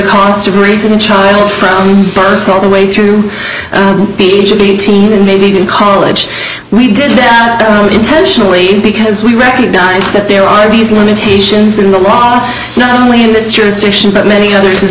of raising a child from birth all the way through the age of eighteen and maybe even college we did that intentionally because we recognize that there are these limitations in the law not only in this jurisdiction but many others as